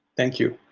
thank you.